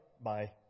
Bye